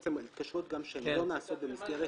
בעצם על התקשרות שלא נעשית במסגרת